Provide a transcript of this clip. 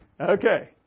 Okay